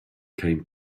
came